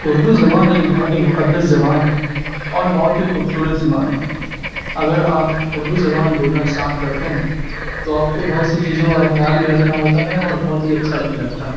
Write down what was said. اردو زبان ایک بہت ہی مقدس زبان ہے اور بہت ہی خوبصورت زبان ہے اگر آپ اردو زبان بولنا اسٹارٹ کرتے ہیں تو آپ کو بہت سی چیزوں کا خیال بھی رکھنا ہوتا ہے اور بہت ہی اچھا بھی لگتا ہے